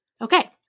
Okay